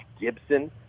Gibson